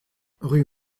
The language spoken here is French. rue